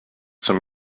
zum